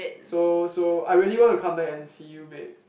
so so I really want to come back and see you babe